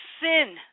sin